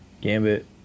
Gambit